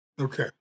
okay